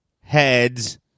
heads